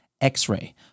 X-Ray